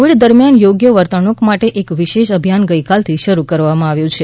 Covid દરમિયાન યોગ્ય વર્તણૂક માટે એક વિશેષ અભિયાન ગઇકાલથી શરૂ કરવામાં આવ્યું છે